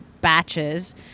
batches